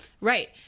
Right